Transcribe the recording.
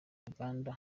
uganda